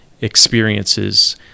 experiences